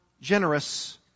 generous